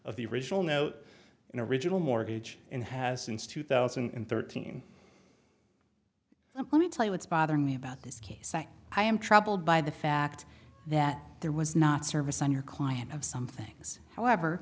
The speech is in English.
of the original note in original mortgage and has since two thousand and thirteen let me tell you what's bothering me about this case i am troubled by the fact that there was not service on your client of some things however